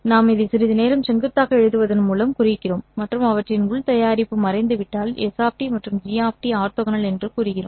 நாம் இதை சிறிது நேரம் செங்குத்தாக எழுதுவதன் மூலம் குறிக்கிறோம் மற்றும் அவற்றின் உள் தயாரிப்பு மறைந்துவிட்டால் s மற்றும் g ஆர்த்தோகனல் என்று கூறுகிறோம்